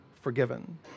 forgiven